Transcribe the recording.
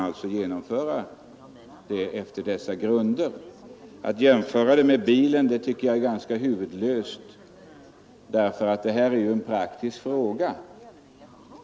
Att jämföra snöskotern med bilen tycker jag är ganska långsökt, eftersom det här ju är en praktisk fråga.